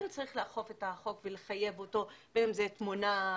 כן צריך לאכוף את החוק ולחייב אותו באם זה --- למשאית,